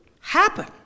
happen